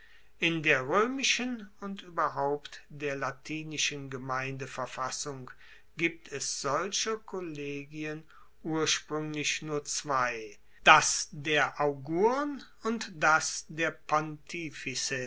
in der roemischen und ueberhaupt der latinischen gemeindeverfassung gibt es solcher kollegien urspruenglich nur zwei das der augurn und das der